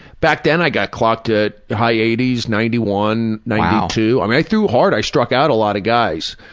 back then i got clocked at high eighty s, ninety one, ninety two. i mean, i threw hard i struck out a lot of guys.